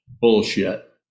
bullshit